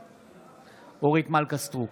בעד אורית מלכה סטרוק,